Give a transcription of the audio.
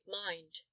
mind